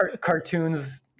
cartoons